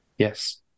Yes